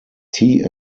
tea